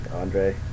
Andre